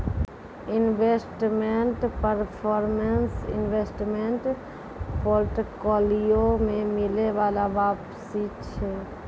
investment performance investment portfolio पे मिलै बाला वापसी छै